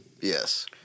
yes